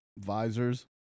Visors